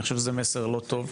אני חושב שזה מסר לא טוב.